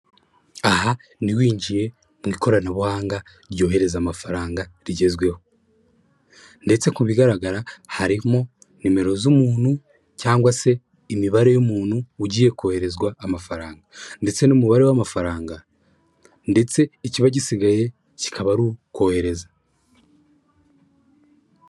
Aha ntiwinjiye mu ikoranabuhanga ryohereza amafaranga rigezweho ndetse ku bigaragara harimo nimero z'umuntu cyangwa se imibare y'umuntu ugiye koherezwa amafaranga ndetse n'umubare w'amafaranga ndetse ikiba gisigaye kikaba ari ukohereza.